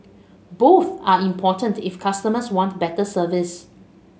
both are important if customers want better service